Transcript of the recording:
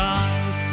eyes